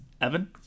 Evan